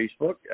Facebook